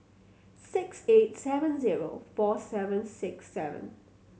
six eight seven zero four seven six seven